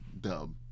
dub